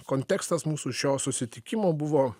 kontekstas mūsų šio susitikimo buvo